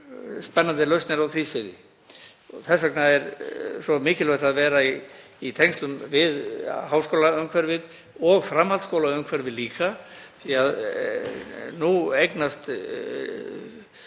Spennandi lausnir bíða á því sviði og þess vegna er mikilvægt að vera í tengslum við háskólaumhverfið og framhaldsskólaumhverfið líka því að nú eru